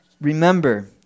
remember